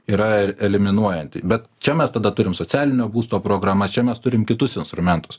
yra eliminuojanti bet čia mes tada turim socialinio būsto programa čia mes turim kitus instrumentus